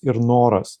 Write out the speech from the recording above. ir noras